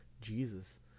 Jesus